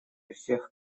всех